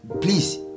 please